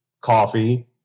coffee